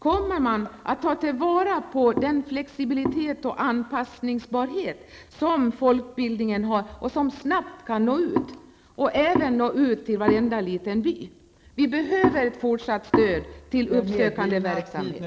Kommer man att ta vara på den flexibilitet och anpassningsbarhet som folkbildningen har och som gör att den snabbt kan nå ut till varenda liten by? Vi behöver ett fortsatt stöd till uppsökande verksamhet.